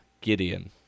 Gideon